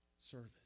Service